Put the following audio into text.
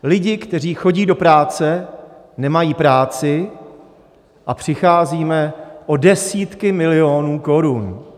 Lidé, kteří chodí do práce, nemají práci a přicházíme o desítky milionů korun.